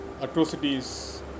atrocities